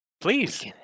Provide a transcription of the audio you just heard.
Please